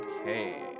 Okay